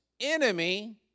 enemy